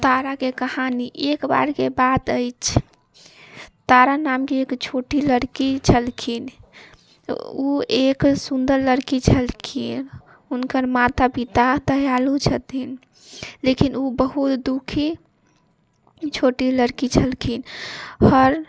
ताराके कहानी एक बारके बात अछि तारा नामके एक छोटी लड़की छलखिन तऽ ओ एक सुंदर लड़की छलखिन हुनकर माता पिता दयालु छथिन लेकिन ओ बहुत दुखी छोटी लड़की छलखिन हर